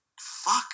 fuck